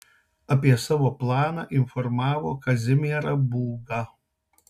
apie savo planą informavo kazimierą būgą